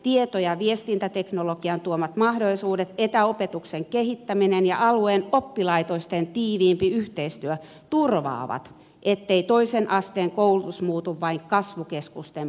tieto ja viestintäteknologian tuomat mahdollisuudet etäopetuksen kehittäminen ja alueen oppilaitosten tiiviimpi yhteistyö turvaavat ettei toisen asteen koulutus muutu vain kasvukeskusten palveluksi